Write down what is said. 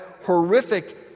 horrific